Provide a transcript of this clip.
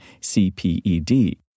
CPED